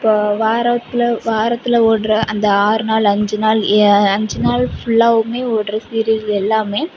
இப்போ வாரத்தில் வாரத்தில் ஓடுற அந்த ஆறு நாள் அஞ்சு நாள் அஞ்சு நாள் ஃபுல்லாவும் ஓடுற சீரியல் எல்லாம்